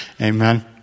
Amen